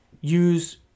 use